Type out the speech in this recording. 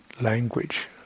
language